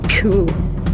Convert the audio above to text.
Cool